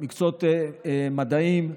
מקצועות מדעיים,